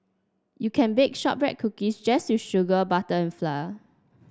you can bake shortbread cookies just with sugar butter and flour